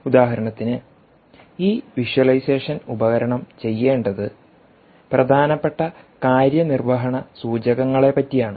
ഉദാഹരണത്തിന് ഈ വിഷ്വലൈസേഷൻ ഉപകരണം ചെയ്യേണ്ടത് പ്രധാനപ്പെട്ട കാര്യനിർവഹണ സൂചകങ്ങളെ പറ്റിയാണ്